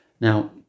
Now